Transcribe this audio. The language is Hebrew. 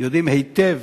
יודעים היטב